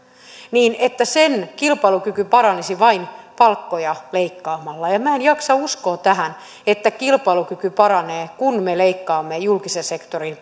menestyisi maailmalla sen kilpailukyky paranisi vain palkkoja leikkaamalla minä en jaksa uskoa tähän että kilpailukyky paranee kun me leikkaamme julkisen sektorin